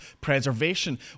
preservation